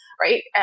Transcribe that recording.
right